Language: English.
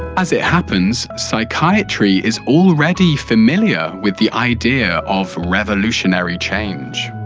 as it happens, psychiatry is already familiar with the idea of revolutionary change.